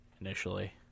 Initially